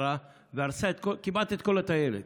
שהרסה כמעט את כל הטיילת,